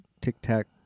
tic-tac